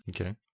Okay